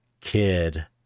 kid